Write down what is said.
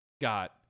got